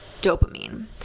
dopamine